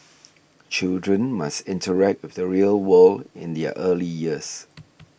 children must interact with the real world in their early years